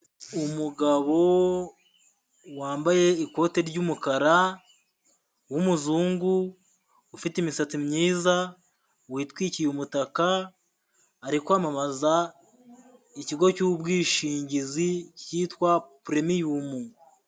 Umugabo wambaye ikote ry'umukara w'umuzungu, ufite imisatsi myiza, witwikiye umutaka, ari kwamamaza ikigo cyubwishingizi cyitwa Puremiyumu.